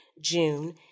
June